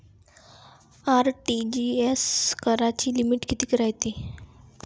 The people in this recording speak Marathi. आर.टी.जी.एस कराची लिमिट कितीक रायते?